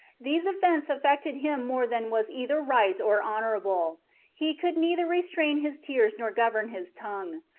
these events affected him more than was either right or honourable he could neither restrain his tears nor govern his tongue.